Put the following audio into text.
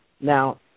Now